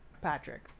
Patrick